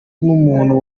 nk’umuntu